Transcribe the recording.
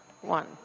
one